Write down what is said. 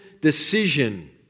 decision